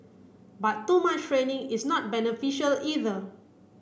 but too much training is not beneficial either